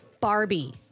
Barbie